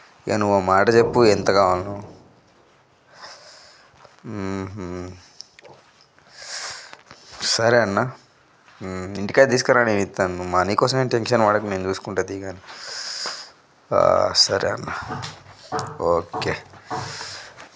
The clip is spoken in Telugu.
ఇగ నువ్వు ఒక మాట చెప్పు ఎంత కావాలో సరే అన్న ఇంటికి అయితే తీసుకురా నేను ఇస్తాను మనీ కోసం ఏం టెన్షన్ పడకు నేను చూసుకుంటా దిగండి సరే అన్న ఓకే